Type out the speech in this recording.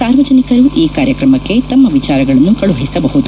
ಸಾರ್ವಜನಿಕರು ಈ ಕಾರ್ಯಕ್ರಮಕ್ಕೆ ತಮ್ಮ ವಿಚಾರಗಳನ್ನು ಕಳುಹಿಸಬಹುದು